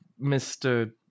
Mr